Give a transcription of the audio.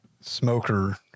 smoker